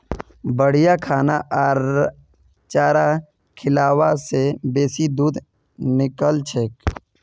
बढ़िया खाना आर चारा खिलाबा से बेसी दूध निकलछेक